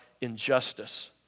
injustice